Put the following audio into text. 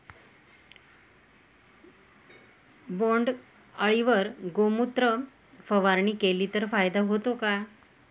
बोंडअळीवर गोमूत्र फवारणी केली तर फायदा होतो का?